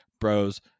bros